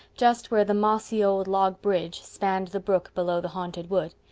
just where the mossy old log bridge spanned the brook below the haunted wood,